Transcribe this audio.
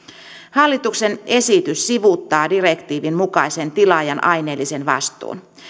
hallituksen esitys sivuuttaa direktiivin mukaisen tilaajan aineellisen vastuun